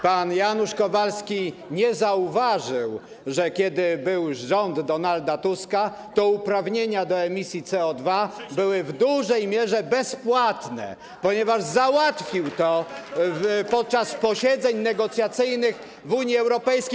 Pan Janusz Kowalski nie zauważył, że jak był rząd Donalda Tuska, to uprawnienia do emisji CO2 były w dużej mierze bezpłatne, ponieważ załatwił to podczas posiedzeń negocjacyjnych w Unii Europejskiej.